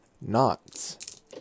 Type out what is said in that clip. Knots